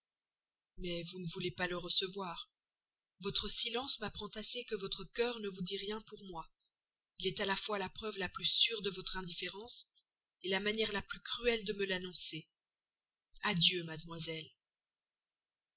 mais vous ne voulez pas le recevoir votre silence m'apprend assez que votre cœur ne vous dit rien pour moi il est à la fois la preuve la plus sûre de votre indifférence la manière la plus cruelle de me l'annoncer adieu mademoiselle